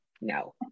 No